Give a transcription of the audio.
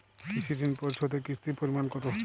কৃষি ঋণ পরিশোধের কিস্তির পরিমাণ কতো?